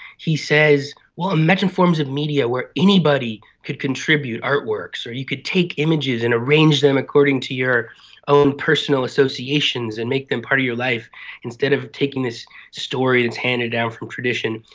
he says, well, imagine forms of media where anybody could contribute artworks or you could take images and arrange them according to your own personal associations and make them part of your life instead of taking this story that is handed down from tradition.